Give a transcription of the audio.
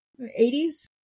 80s